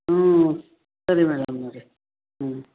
ಹ್ಞೂ ಸರಿ ಮೇಡಮ್ನವ್ರೆ ಹ್ಞೂ